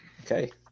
Okay